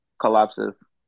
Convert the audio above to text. collapses